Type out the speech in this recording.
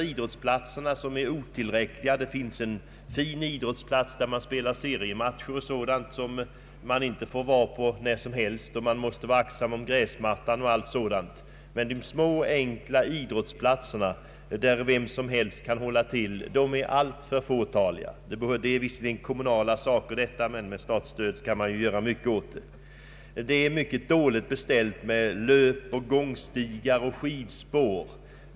Idrottsplatserna är otillräckliga till antalet. Idrottsplatser där seriefotboll spelas är inte tillgängliga för allmänheten när som helst, därför att det gäller att vara aktsam om gräsmattan. De små enkla idrottsplatserna som vem som helst får hålla till på är alltför fåtaliga. Detta är visserligen kommunala angelägenheter, men med statligt stöd finns mycket ait göra. Det är vidare mycket dålig tillgång på löpoch gångstigar och skidspår.